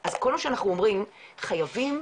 אז כל מה שאנחנו אומרים, חייבים